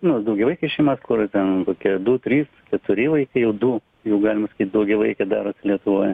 nu daugiavaikes šeimas kur ten kokie du trys keturi vaikai jau du jau galima sakyt daugiavaikė darosi lietuvoje